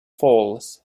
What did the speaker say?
falls